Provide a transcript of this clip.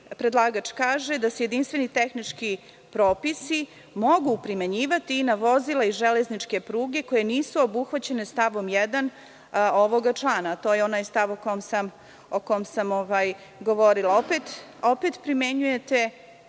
predlagač kaže da se jedinstveni tehnički propisi mogu primenjivati i na vozila i železničke pruge koje nisu obuhvaćene stavom 1. ovog člana, to je onaj stav o kom sam govorila, opet primenjujete